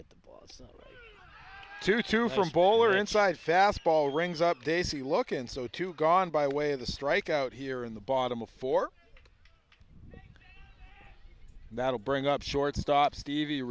hit the ball two two three baller inside fastball rings up daisy lookin so too gone by way of the strike out here in the bottom of four that'll bring up shortstop stevie